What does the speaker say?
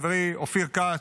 חברי אופיר כץ.